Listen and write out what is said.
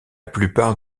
plupart